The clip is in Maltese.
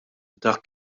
dak